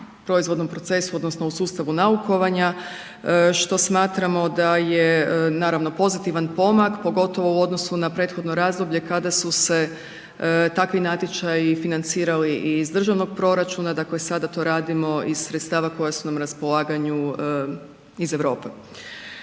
proizvodnom procesu odnosno u sustavu naukovanja što smatramo da je naravno pozitivan pomak pogotovo u odnosu na prethodno razdoblje kada su se takvi natječaji financirali iz državnog proračuna, dakle sada to radimo iz sredstava koja su nam na raspolaganju iz Europe.